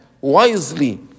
wisely